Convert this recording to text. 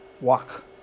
Walk